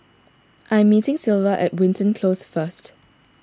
I am meeting Sylva at Wilton Close first